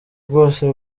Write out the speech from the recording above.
bwose